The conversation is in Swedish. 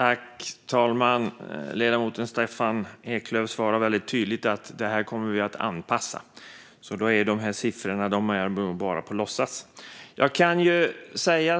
Fru talman! Ledamoten Staffan Eklöf svarar väldigt tydligt att man kommer att anpassa detta. Siffrorna är alltså bara på låtsas. Jag kan säga